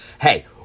Hey